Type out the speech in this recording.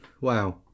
Wow